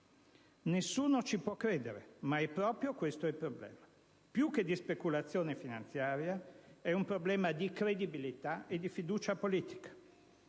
Nessuno ci può credere, ma è proprio questo il problema. Più che di speculazione finanziaria, è un problema di credibilità e di fiducia politica: